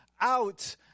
out